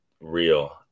real